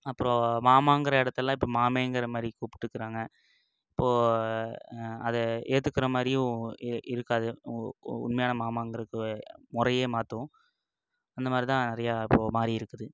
அப்பறம் மாமாங்கிற இடத்துலாம் இப்போ மாமேங்கிற மாதிரி கூப்பிட்டுக்குறாங்க இப்போது அதை ஏத்துக்கிற மாதிரியும் இரு இருக்காது உ உண்மையான மாமாங்கிறதுக்கு முறையே மாற்றும் அந்த மாதிரி தான் நிறையா இப்போது மாறி இருக்குது